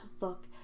look